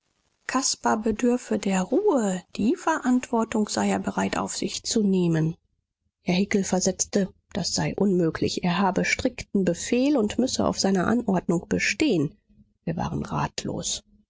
caspar bedürfe der ruhe die verantwortung sei er bereit auf sich zu nehmen herr hickel versetzte das sei unmöglich er habe strikten befehl und müsse auf seiner anordnung bestehen wir waren ratlos